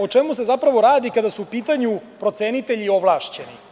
O čemu se zapravo radi kada su u pitanju procenitelji i ovlašćeni?